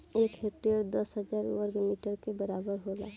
एक हेक्टेयर दस हजार वर्ग मीटर के बराबर होला